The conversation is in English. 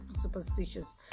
superstitious